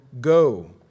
Go